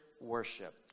worship